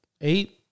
Eight